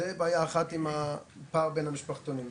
זה בעיה אחת עם הפער בין המשפחתונים.